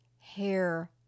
hair